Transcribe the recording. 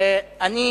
אני